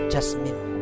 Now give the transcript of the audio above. Jasmine